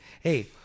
Hey